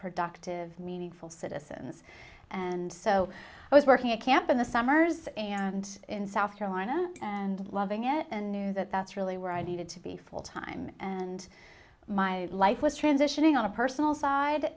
productive meaningful citizens and so i was working at camp in the summers and in south carolina and loving it and knew that that's really where i needed to be full time and my life was transitioning on a personal side